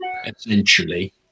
essentially